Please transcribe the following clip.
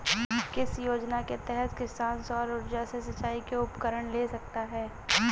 किस योजना के तहत किसान सौर ऊर्जा से सिंचाई के उपकरण ले सकता है?